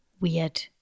Weird